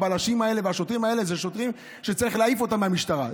הבלשים האלה והשוטרים האלה הם שוטרים שצריך להעיף מהמשטרה.